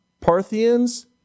Parthians